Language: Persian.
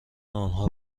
آنها